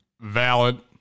Valid